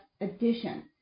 addition